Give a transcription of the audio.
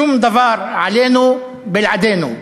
שום דבר עלינו בלעדינו.